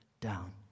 Down